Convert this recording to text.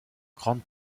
grande